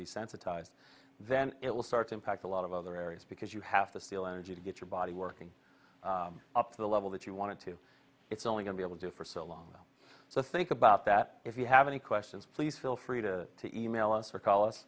desensitized then it will start to impact a lot of other areas because you have to steal energy to get your body working up to the level that you want to it's only gonna be able to for so long so think about that if you have any questions please feel free to e mail us or call